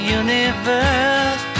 universe